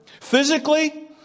Physically